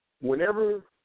whenever